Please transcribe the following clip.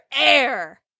air